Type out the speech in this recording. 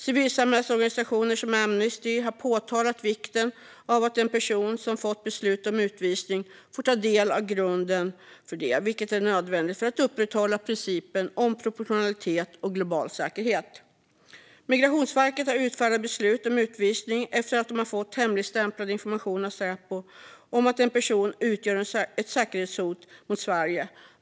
Civilsamhällesorganisationer som Amnesty har pekat på vikten av att en person som fått beslut om utvisning får ta del av grunden för det. Det är nödvändigt för att upprätthålla principen om proportionalitet och global säkerhet. Migrationsverket har utfärdat beslut om utvisning efter att de fått hemligstämplad information av Säpo om att en person utgör ett säkerhetshot mot Sverige.